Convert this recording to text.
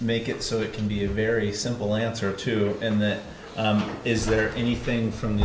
make it so it can be a very simple answer to and that is there anything from